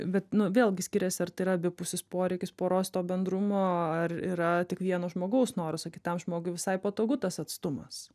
bet nu vėlgi skiriasi ar tai yra abipusis poreikis poros to bendrumo ar yra tik vieno žmogaus noras o kitam žmogui visai patogu tas atstumas